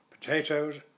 potatoes